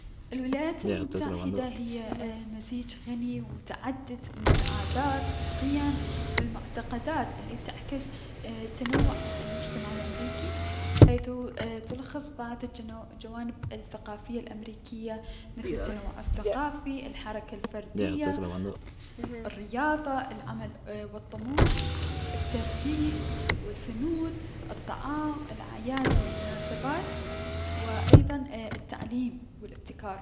الولايات المتحدة هي مزيج غني من العادات و القيم و المعتقدات الي تعكس تنوع المجتمع الأمريكي، حيث تلخص بعض الجو - الجوانب الأمريكية مثل التنوع الثقافي، الحركة الفردية، الرياضة، العمل و الطموح، الترفيه، الفنون، الطعام، الأعياد و المناسبات، و ايضا التعليم و الأبتكار.